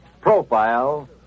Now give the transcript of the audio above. profile